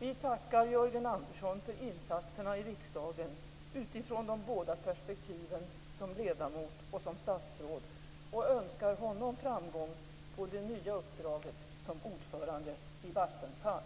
Vi tackar Jörgen Andersson för insatserna i riksdagen utifrån de båda perspektiven som ledamot och som statsråd och önskar honom framgång på det nya uppdraget som ordförande i Vattenfall.